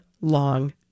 long